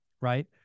right